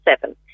seven